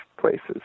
places